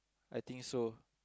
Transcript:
I think so